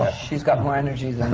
she's got more energy than.